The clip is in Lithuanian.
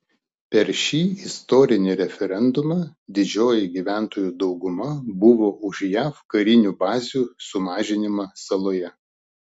per šį istorinį referendumą didžioji gyventojų dauguma buvo už jav karinių bazių sumažinimą saloje